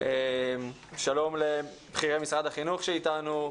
שלום לבכירי משרד החינוך שנמצאים אתנו.